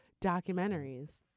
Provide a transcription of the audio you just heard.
documentaries